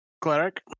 cleric